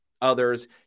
others